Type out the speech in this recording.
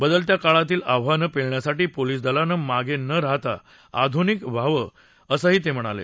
बदलत्या काळातील आव्हानं पेलण्यासाठी पोलीस दलानं मागे न राहता आधुनिक व्हावं असंही ते म्हणाले